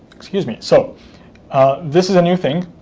excuse me. so ah this is a new thing.